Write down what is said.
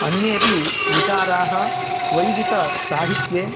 अन्येपि विचाराः वैदिकसाहित्ये